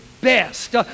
best